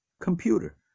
computer